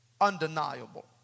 undeniable